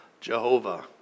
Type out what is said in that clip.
Jehovah